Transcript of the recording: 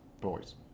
boys